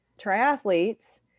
triathletes